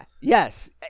yes